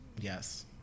Yes